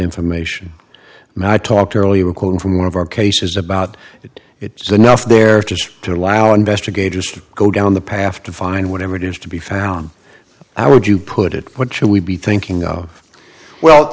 information and i talked earlier from one of our cases about it it's enough there just to allow investigators to go down the path to find whatever it is to be found how would you put it what should we be thinking oh well